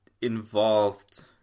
involved